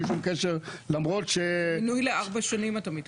אתה מתכוון מינוי לארבע שנים.